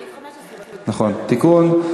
נכון, תיקון.